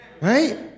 right